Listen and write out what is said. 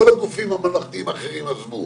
כל הגופים הממלכתיים האחרים עזבו,